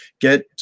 get